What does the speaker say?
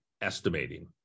estimating